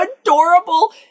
adorable